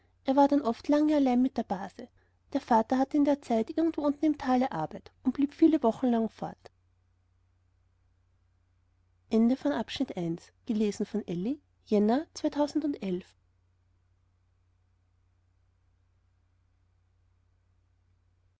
er war dann oft lange allein mit der base der vater hatte in der zeit irgendwo unten im tale arbeit und blieb viele wochen lang fort